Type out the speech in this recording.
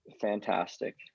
fantastic